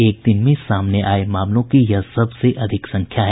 एक दिन में सामने आये मामलों की यह सबसे अधिक संख्या है